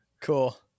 Cool